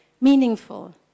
meaningful